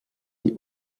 les